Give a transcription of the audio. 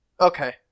Okay